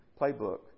playbook